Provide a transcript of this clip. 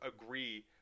agree